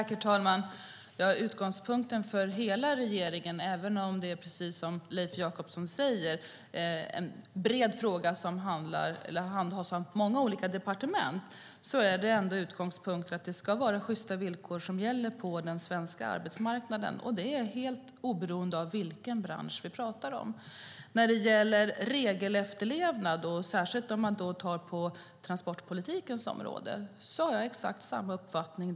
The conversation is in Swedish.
Herr talman! Även om det precis som Leif Jakobsson säger är en bred fråga som handhas av många olika departement är regeringens utgångspunkt att det ska vara sjysta villkor som gäller på den svenska arbetsmarknaden oavsett vilken bransch vi talar om. Vad gäller regelefterlevnad på transportpolitikens område har jag exakt samma uppfattning.